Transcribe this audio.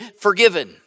forgiven